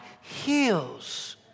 heals